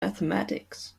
mathematics